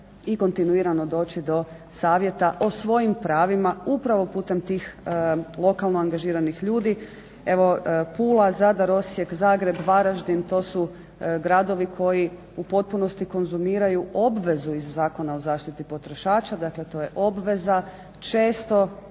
i kontinuirano doći do savjeta o svojim pravima upravo putem tih lokalno angažiranih ljudi. Evo Pula, Zadar, Osijek, Zagreb, Varaždin, to su gradovi koji u potpunosti konzumiranju obvezu iz Zakona o zaštiti potrošača, dakle to je obveza. Često